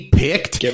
picked